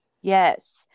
Yes